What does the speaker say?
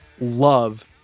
love